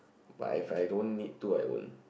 but if I don't need to I don't